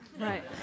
Right